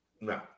No